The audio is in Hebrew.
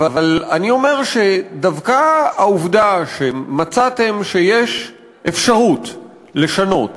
אני אומר שדווקא העובדה שמצאתם שיש אפשרות לשנות